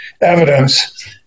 evidence